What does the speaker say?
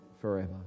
forever